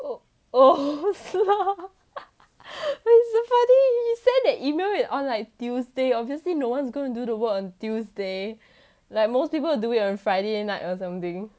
oh oh so why so funny he send that email it on like tuesday obviously no one's gonna do the work on tuesday like most people do it on friday night or something